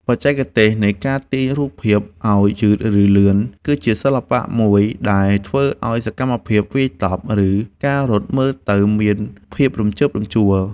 បច្ចេកទេសនៃការទាញរូបភាពឱ្យយឺតឬលឿនគឺជាសិល្បៈមួយដែលធ្វើឱ្យសកម្មភាពវាយតប់ ឬ ការរត់មើលទៅមានភាពរំជើបរំជួល។